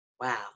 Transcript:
wow